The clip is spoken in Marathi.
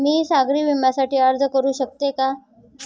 मी सागरी विम्यासाठी अर्ज करू शकते का?